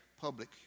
public